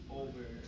over